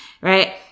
right